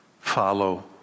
follow